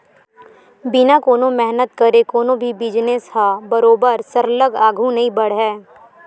बिना कोनो मेहनत करे कोनो भी बिजनेस ह बरोबर सरलग आघु नइ बड़हय